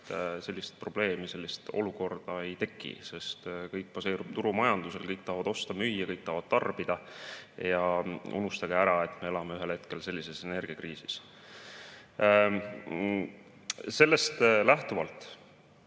Sellist probleemi, sellist olukorda ei teki, sest kõik baseerub turumajandusel, kõik tahavad osta ja müüa, kõik tahavad tarbida. Ja unustage ära, et me elame ühel hetkel sellises energiakriisis. Sellest lähtuvalt